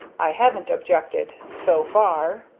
i haven't objected so far,